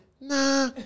Nah